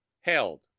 held